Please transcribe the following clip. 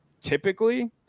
typically